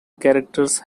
characters